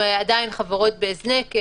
אבל הם עדיין חברות בהזנק.